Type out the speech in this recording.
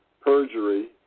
perjury